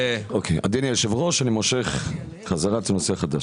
אדוני היושב ראש, אני מושך חזרה את הנושא החדש.